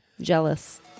Jealous